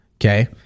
okay